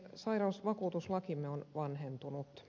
sairausvakuutuslakimme on vanhentunut